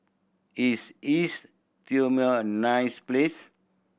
is East Timor nice place